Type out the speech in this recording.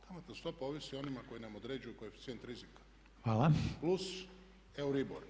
Kamatna stopa ovisi o onima koji nam određuju koeficijent rizika plus EURIBOR.